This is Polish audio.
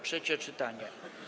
Trzecie czytanie.